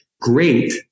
great